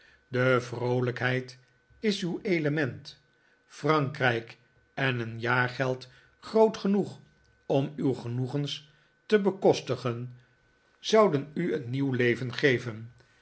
de vroolijkheid is uw element frankrijk en een jaargeld groot genoeg om uw genoegens te bekostigen zouden u een nieuw leven geven